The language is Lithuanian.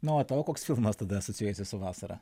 na o tau koks filmas tada asocijuojasi su vasara